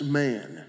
man